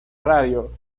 radio